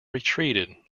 retreated